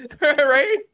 Right